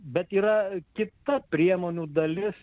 bet yra kita priemonių dalis